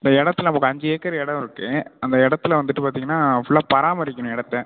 இந்த இடத்துல நமக்கு அஞ்சு ஏக்கர் இடோம் இருக்கு அந்த இடத்துல வந்துவிட்டு பார்த்திங்கனா ஃபுல்லாக பராமரிக்கணும் இடத்த